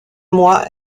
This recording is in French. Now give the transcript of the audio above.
mois